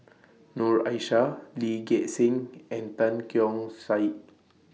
Noor Aishah Lee Gek Seng and Tan Keong Saik